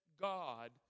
God